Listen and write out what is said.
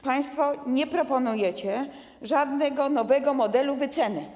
Państwo nie proponujecie żadnego nowego modelu wyceny.